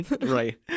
right